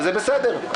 זה בסדר.